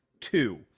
Two